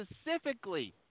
specifically